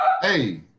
Hey